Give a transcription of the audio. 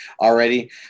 already